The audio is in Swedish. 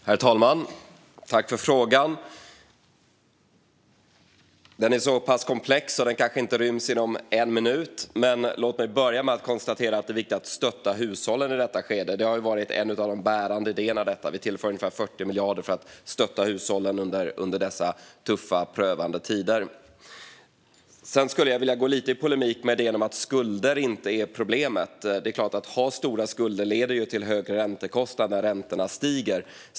Herr talman! Jag tackar för frågan. Den är så pass komplex att svaret kanske inte ryms inom en minut. Låt mig börja med att konstatera att det är viktigt att stötta hushållen i detta skede. Det har varit en av de bärande idéerna. Vi tillför ungefär 40 miljarder för att stötta hushållen under dessa tuffa, prövande tider. Sedan skulle jag vilja gå lite i polemik med att skulder inte är problemet. Det är klart att stora skulder leder till högre räntekostnader när räntorna stiger.